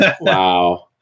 Wow